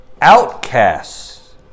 outcasts